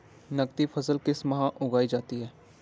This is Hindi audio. नकदी फसल किस माह उगाई जाती है?